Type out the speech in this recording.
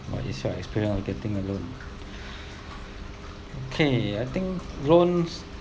what is your experience of getting a loan okay I think loans